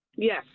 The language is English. Yes